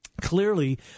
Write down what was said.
clearly